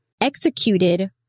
executed